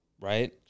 right